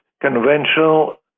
conventional